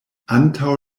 antaŭ